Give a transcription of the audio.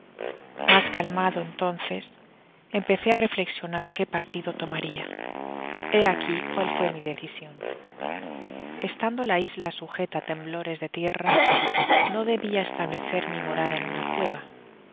mas calmado entonces empecé á reflexionar qué partido tomaria hé aqui cual fué mi decision estando la isla sujeta á temblores de tierra no debia establecer mi morada en una cueva